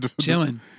Chilling